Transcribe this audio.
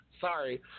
Sorry